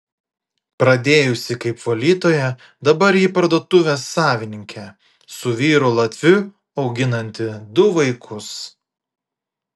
pradėjusi kaip valytoja dabar ji parduotuvės savininkė su vyru latviu auginanti du vaikus